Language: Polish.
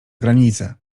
granicę